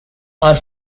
are